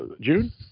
June